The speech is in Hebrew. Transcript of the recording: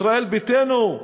ישראל ביתנו,